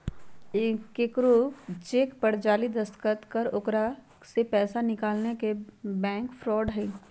केकरो चेक पर जाली दस्तखत कर ओकरा से पैसा निकालना के बैंक फ्रॉड हई